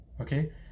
okay